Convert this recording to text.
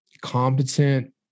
competent